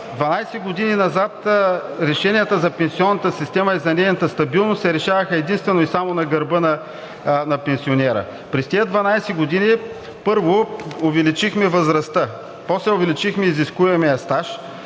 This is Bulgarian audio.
години назад решенията за пенсионната система и за нейната стабилност се решаваха единствено и само на гърба на пенсионера. През тези 12 години, първо, увеличихме възрастта, после увеличихме изискуемия стаж,